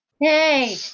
Hey